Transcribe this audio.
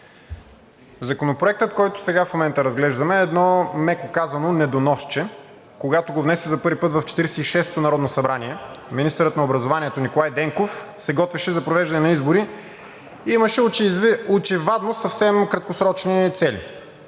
Законопроектът, който сега в момента разглеждаме, е едно, меко казано, недоносче. Когато го внесе за първи път в Четиридесет и шестото народно събрание, министърът на образованието Николай Денков се готвеше за провеждане на избори и имаше очевадно съвсем краткосрочни цели.